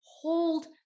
hold